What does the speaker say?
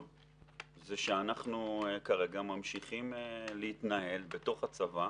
זה שאנחנו כרגע ממשיכים להתנהל בתוך הצבא